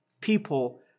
people